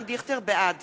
בעד